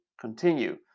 continue